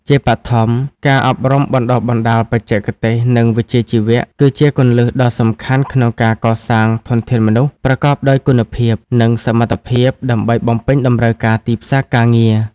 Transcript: ជាបឋម ការអប់រំបណ្តុះបណ្តាលបច្ចេកទេស និងវិជ្ជាជីវៈ គឺជាគន្លឹះដ៏សំខាន់ក្នុងការកសាងធនធានមនុស្សប្រកបដោយគុណភាព និងសមត្ថភាពដើម្បីបំពេញតម្រូវការទីផ្សារការងារ។